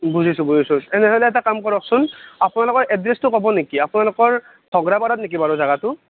বুজিছোঁ বুজিছোঁ তেনেহ'লে এটা কাম কৰকচোন আপোনালোকৰ এড্ৰেছটো ক'ব নেকি আপোনালোকৰ ঘগ্ৰাপাৰাত নেকি জাগাটো